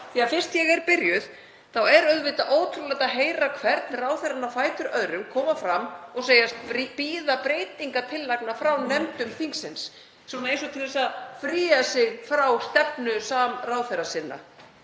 Fyrst ég er byrjuð þá er auðvitað ótrúlegt að heyra hvern ráðherrann á fætur öðrum koma fram og segjast bíða breytingartillagna frá nefndum þingsins, svona eins og til að fría sig frá stefnu samráðherra sinna.